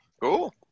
cool